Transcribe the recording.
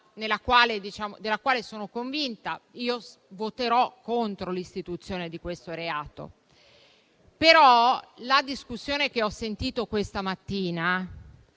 della quale sono convinta. Io voterò contro l'istituzione di questo reato. La discussione che però ho ascoltato questa mattina